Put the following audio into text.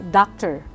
doctor